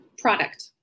product